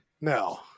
No